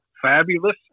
fabulous